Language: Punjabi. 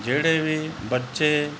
ਜਿਹੜੇ ਵੀ ਬੱਚੇ